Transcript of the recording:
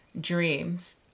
dreams